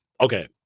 okay